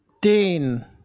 Dean